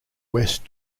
west